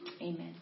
Amen